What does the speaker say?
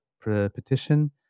petition